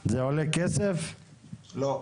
לא.